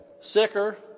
Sicker